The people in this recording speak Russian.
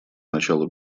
началу